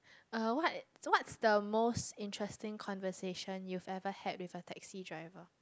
uh what what's the most interesting conversation you've ever had with a taxi driver